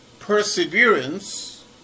perseverance